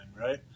right